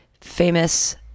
famous